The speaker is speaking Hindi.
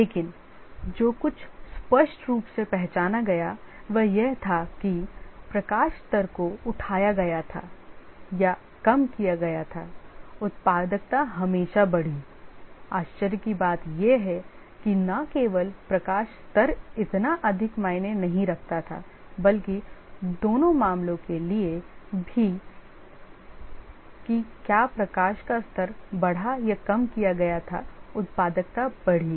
लेकिन जो कुछ स्पष्ट रूप से पहचाना गया वह यह था कि प्रकाश स्तर को उठाया गया था या कम किया गया था उत्पादकता हमेशा बढ़ी आश्चर्य की बात यह है कि न केवल प्रकाश स्तर इतना अधिक मायने नहीं रखता था बल्कि दोनों मामलों के लिए भी कि क्या प्रकाश का स्तर बढ़ा या कम किया गया था उत्पादकता बढ़ी